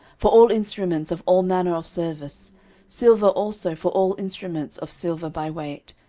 for all instruments of all manner of service silver also for all instruments of silver by weight,